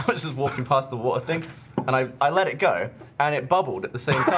but this is walking past the water thing and i i let it go and it bubbled at the same time